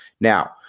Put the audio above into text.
Now